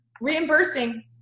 reimbursing